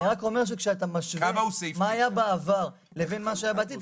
אני רק אומר שכשאתה משווה מה היה בעבר לבין מה שהיה בעתיד,